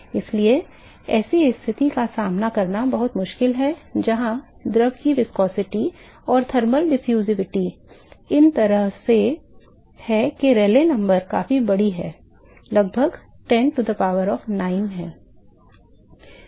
इसलिए ऐसी स्थिति का सामना करना बहुत मुश्किल है जहां द्रव की viscosity और थर्मल डिफ्यूज़िविटी इस तरह से है कि रेले संख्या काफी बड़ी है लगभग 10 power 9 है